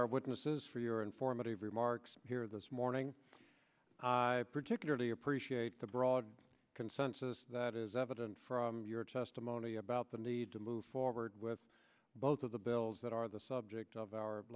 our witnesses for your informative remarks here this morning particularly appreciate the broad consensus that is evident from your testimony about the need to move forward with both of the bills that are the subject of our